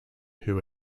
who